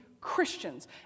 Christians